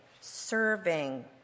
serving